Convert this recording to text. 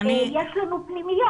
יש לנו פנימיות.